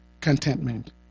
contentment